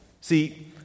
See